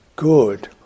Good